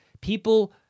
people